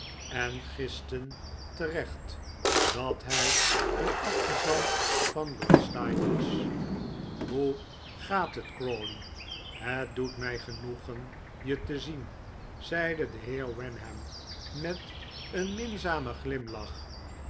en gisten terecht dat hij een afgezant van lord steyne was hoe gaat het crawley het doet mij genoegen je te zien zeide de heer wenham met een minzamen glimlach